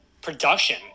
production